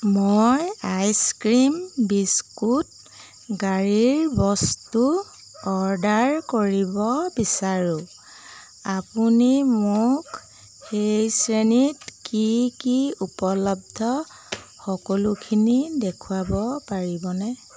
মই ice cream biscuit গাড়ীৰ বস্তু অৰ্ডাৰ কৰিব বিচাৰো আপুনি মোক সেই শ্ৰেণীত কি কি উপলব্ধ সকলোখিনি দেখুৱাব পাৰিবনে